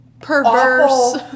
Perverse